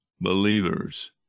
believers